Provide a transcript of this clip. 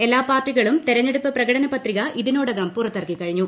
എല്ലാ പാർട്ടികളും തെരഞ്ഞെടുപ്പ് പ്രകടന പത്രിക ഇതിനോടകം പുറത്തിറക്കിക്കഴിഞ്ഞു